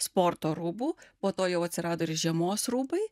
sporto rūbų po to jau atsirado ir žiemos rūbai